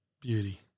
Beauty